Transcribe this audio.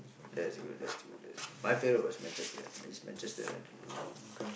that is good that is good that is my favourite was Manchester is Manchester nice to